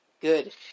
Good